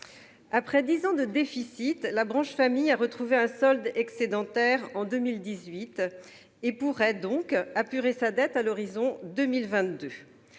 Après dix ans de déficits, la branche famille a retrouvé un solde excédentaire en 2018 et pourrait donc apurer sa dette à l'horizon de 2022.